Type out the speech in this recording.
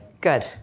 Good